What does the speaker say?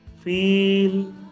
Feel